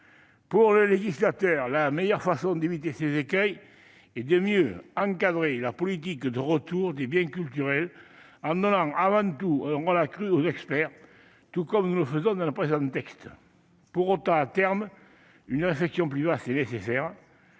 Pour le législateur, la meilleure façon d'éviter ces écueils est de mieux encadrer la politique de retour des biens culturels, en donnant avant tout un rôle accru aux experts, comme nous le faisons dans le présent texte. Pour autant, à terme, une réflexion plus vaste sera nécessaire.